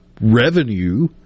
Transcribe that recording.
revenue